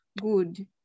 good